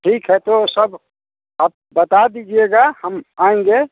ठीक है तो सब आप बता दीजिएगा हम आएंगे